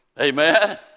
Amen